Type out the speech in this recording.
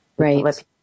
Right